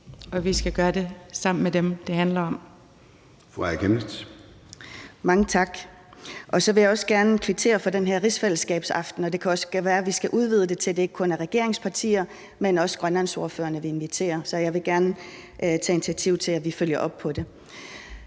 og vi skal gøre det sammen med dem, det handler om.